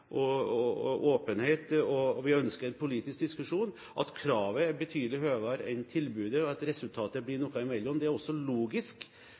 og vi ønsker en politisk diskusjon. At kravet er betydelig høyere enn tilbudet, og at resultatet blir noe imellom, er også logisk.